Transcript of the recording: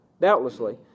doubtlessly